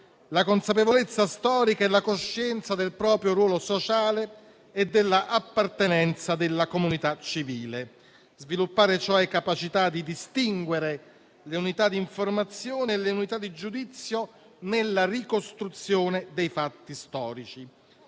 la consapevolezza storica e la coscienza del proprio ruolo sociale e dell'appartenenza alla comunità civile, ossia la capacità di distinguere le unità di informazione e le unità di giudizio nella ricostruzione dei fatti storici.